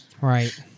Right